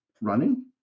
Running